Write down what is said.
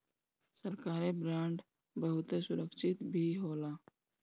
सरकारी बांड बहुते सुरक्षित भी होला